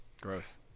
Gross